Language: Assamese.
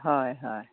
হয় হয়